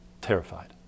terrified